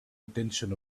intention